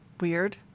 weird